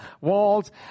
walls